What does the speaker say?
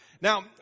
Now